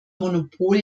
monopol